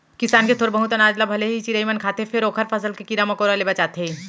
किसान के थोर बहुत अनाज ल भले चिरई मन खाथे फेर ओखर फसल के कीरा मकोरा ले बचाथे